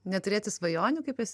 neturėti svajonių kaip esi